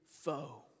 foe